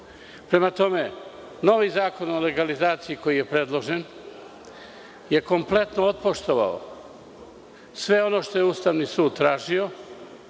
Prema tome, novi zakon o legalizaciji koji je predložen je kompletno otpoštovao sve ono što je Ustavni sud tražio,